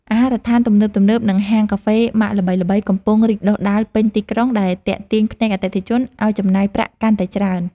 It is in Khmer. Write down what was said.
អាហារដ្ឋានទំនើបៗនិងហាងកាហ្វេម៉ាកល្បីៗកំពុងរីកដុះដាលពេញទីក្រុងដែលទាក់ទាញភ្នែកអតិថិជនឱ្យចំណាយប្រាក់កាន់តែច្រើន។